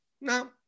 No